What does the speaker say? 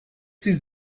sie